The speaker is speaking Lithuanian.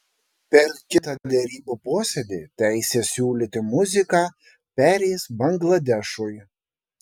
per kitą derybų posėdį teisė siūlyti muziką pereis bangladešui